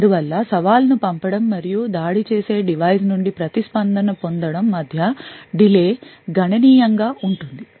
అందువల్ల సవాలు ను పంపడం మరియు దాడి చేసే డివైస్ నుండి ప్రతిస్పందన పొందడం మధ్య delay గణనీయంగా ఉంటుంది